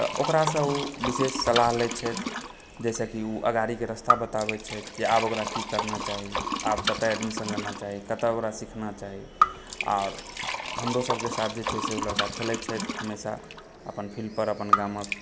ओकरासँ ओ विशेष सलाह लैत छथि जाहिसँ कि ओ आगाड़ीके रस्ता बताबै छथि कि आब ओकरा की करना चाही आब ओकरा कतय एडमिशन लेना चाही कतय ओकरा सीखना चाही आओर हमरो सभकेँ साथ जे छै से ओ लड़िका खेलय छथि हमेशा अपन फिल्डपर अपन गामके